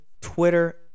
Twitter